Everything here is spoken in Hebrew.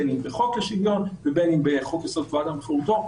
בין אם בחוק השוויון ובין אם בחוק יסוד כבוד אדם וחירותו,